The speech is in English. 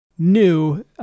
new